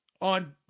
on